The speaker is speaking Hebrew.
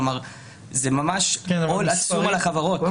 כלומר זה ממש עול עצום על החברות.